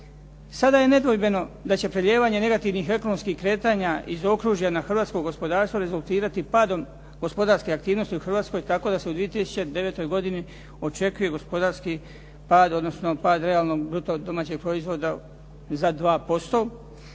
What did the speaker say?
Sada je nedvojbeno da će prelijevanje negativnih ekonomskih kretanja iz okružja na hrvatsko gospodarstvo rezultirati padom gospodarske aktivnosti u Hrvatskoj tako da se u 2009. godini očekuje gospodarski pad, odnosno pad realnog bruto domaćeg proizvoda za 2%,